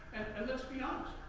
and let's be honest,